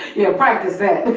yeah, practice that.